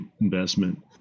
investment